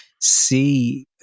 see